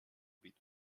bit